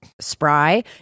spry